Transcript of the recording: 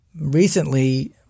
recently